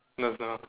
no it's not